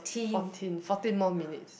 fourteen fourteen more minutes